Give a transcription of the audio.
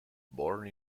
born